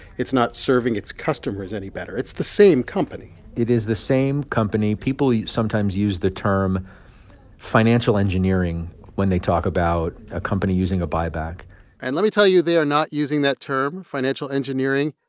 it's not serving its customers any better. it's the same company it is the same company. people sometimes use the term financial engineering when they talk about a company using a buyback and let me tell you, they are not using that term, financial engineering,